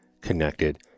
connected